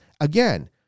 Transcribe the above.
again